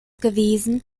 gewesen